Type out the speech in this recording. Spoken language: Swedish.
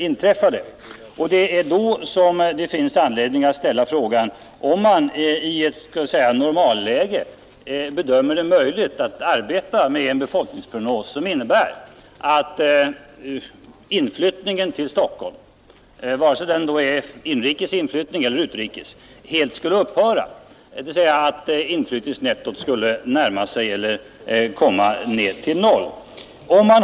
Frågan är då om man från den utgångspunkten bedömer det som möjligt att arbeta med en befolkningsprognos som innebär att inflyttningen till Storstockholm — antingen det är fråga om inflyttning från landsorten eller från utlandet — helt skulle upphöra.